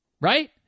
right